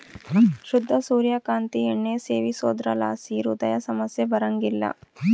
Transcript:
ಶುದ್ಧ ಸೂರ್ಯ ಕಾಂತಿ ಎಣ್ಣೆ ಸೇವಿಸೋದ್ರಲಾಸಿ ಹೃದಯ ಸಮಸ್ಯೆ ಬರಂಗಿಲ್ಲ